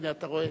הנה, אתה רואה?